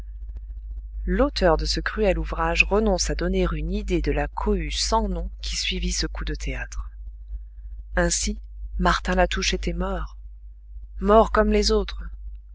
l'auteur de ce cruel ouvrage renonce à donner une idée de la cohue sans nom qui suivit ce coup de théâtre ainsi martin latouche était mort mort comme les autres